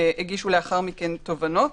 הגישו לאחר מכן תובענות.